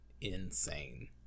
insane